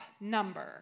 number